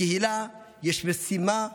לקהילה יש משימה,